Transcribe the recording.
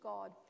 God